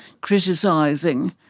criticising